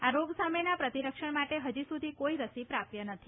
આ રોગ સામેના પ્રતિરક્ષણ માટે હજુ સુધી કોઇ રસી પ્રાપ્ય નથી